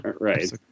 right